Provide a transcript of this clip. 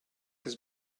his